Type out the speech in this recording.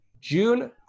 June